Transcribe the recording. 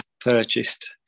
purchased